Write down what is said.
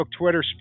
Twitter